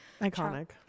Iconic